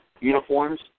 uniforms